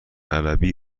عربی